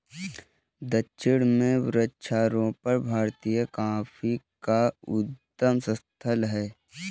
दक्षिण में वृक्षारोपण भारतीय कॉफी का उद्गम स्थल है